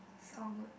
it's all good